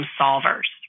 solvers